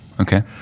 okay